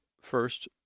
first